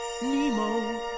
Nemo